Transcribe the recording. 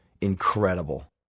Incredible